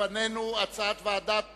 לפנינו הצעת ועדת החוקה,